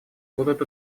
будут